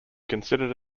considered